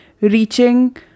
reaching